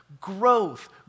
Growth